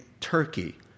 Turkey